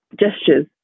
gestures